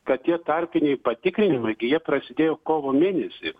kad tie tarpiniai patikrinimai gi jie prasidėjo kovo mėnesį